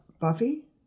Buffy